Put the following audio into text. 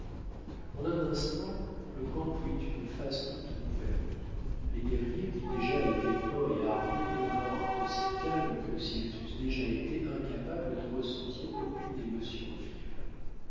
en un instant le camp prit une face toute nouvelle les guerriers qui déjà étaient peints et armés devinrent aussi calmes que s'ils eussent déjà été incapables de ressentir aucune émotion vive